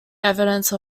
evidence